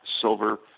silver